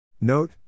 Note